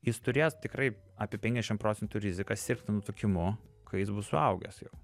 jis turės tikrai apie penkiasdešim procentų riziką sirgti nutukimu kai jis bus suaugęs jau